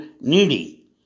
needy